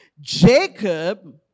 Jacob